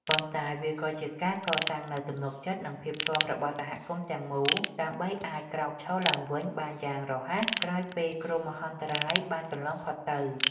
ប៉ុន្តែវាក៏ជាការកសាងនូវទំនុកចិត្ត និងភាពស៊ាំរបស់សហគមន៍ទាំងមូល ដើម្បីអាចក្រោកឈរឡើងវិញបានយ៉ាងរហ័សក្រោយពេលគ្រោះមហន្តរាយបានកន្លងផុតទៅ។